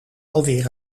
alweer